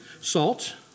salt